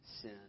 sin